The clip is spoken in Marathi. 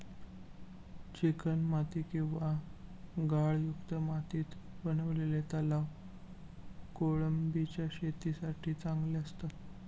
चिकणमाती किंवा गाळयुक्त मातीत बनवलेले तलाव कोळंबीच्या शेतीसाठी चांगले असतात